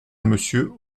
monsieur